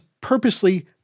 purposely